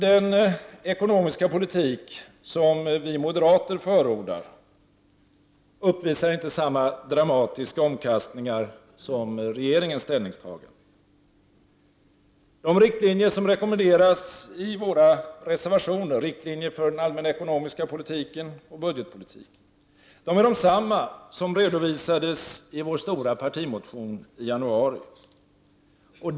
Den ekonomiska politik som vi moderater förordar uppvisar inte samma dramatiska omkastningar som regeringens ställningstaganden. De riktlinjer som rekommenderas i våra reservationer, riktlinjer för den allmänna ekonomiska politiken och budgetpolitiken, är desamma som redovisades i vår stora partimotion i januari.